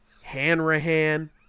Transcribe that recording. hanrahan